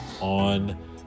on